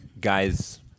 guys